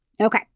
Okay